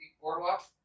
boardwalk